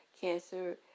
cancer